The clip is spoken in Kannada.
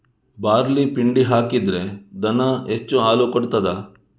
ಬಾರ್ಲಿ ಪಿಂಡಿ ಹಾಕಿದ್ರೆ ದನ ಹೆಚ್ಚು ಹಾಲು ಕೊಡ್ತಾದ?